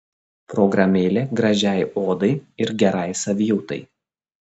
programėlė gražiai odai ir gerai savijautai